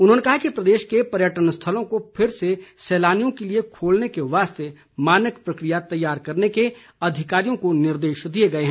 उन्होंने कहा कि प्रदेश के पर्यटक स्थलों को फिर से सैलानियों के लिए खोलने के वास्ते मानक प्रक्रिया तैयार करने के अधिकारियों को निर्देश दिए गए हैं